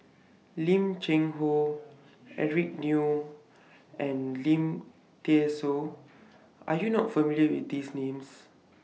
Lim Cheng Hoe Eric Neo and Lim Thean Soo Are YOU not familiar with These Names